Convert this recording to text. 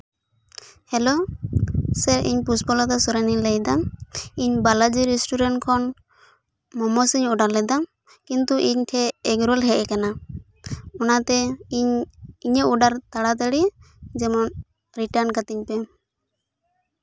hello sir ᱤᱧ ᱯᱩᱥᱯᱚᱞᱚᱛᱟ ᱥᱚᱨᱮᱱᱤᱧ ᱞᱟᱹᱭᱮᱫᱟ ᱤᱧ ᱵᱟᱞᱟᱡᱤ ᱨᱮᱥᱴᱩᱨᱮᱱᱴ ᱠᱷᱚᱱ ᱢᱳᱢᱳᱡᱤᱧ ᱚᱰᱟᱨ ᱞᱮᱫᱟ ᱠᱤᱱᱛᱩ ᱤᱧ ᱴᱷᱮᱡ ᱮᱜᱽᱨᱳᱞ ᱦᱮᱡ ᱟᱠᱟᱱᱟ ᱚᱱᱟᱛᱮ ᱤᱧ ᱴᱷᱮᱡ ᱤᱧᱟᱹᱜ ᱚᱰᱟᱨ ᱛᱟᱲᱟᱼᱛᱟᱲᱤ ᱡᱮᱢᱚᱱ ᱨᱤᱴᱟᱱ ᱠᱟᱹᱛᱤᱧ ᱯᱮ